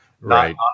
Right